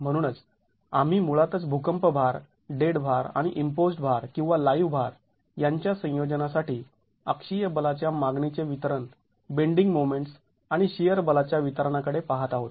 म्हणूनच आम्ही मुळातच भूकंप भार डेड भार आणि इम्पोज्ड् भार किंवा लाईव्ह भार यांच्या संयोजनासाठी अक्षीय बलाच्या मागणीचे वितरण बेंडींग मोमेंट्स आणि शिअर बलाच्या वितरणा कडे पाहत आहोत